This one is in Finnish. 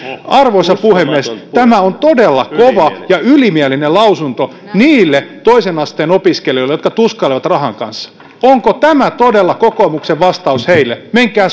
arvoisa puhemies tämä on todella kova ja ylimielinen lausunto niille toisen asteen opiskelijoille jotka tuskailevat rahan kanssa onko tämä todella kokoomuksen vastaus heille menkää